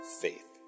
faith